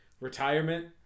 retirement